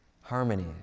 harmony